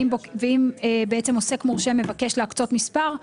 ואם בעצם עוסק מורשה מבקש להקצות מספר,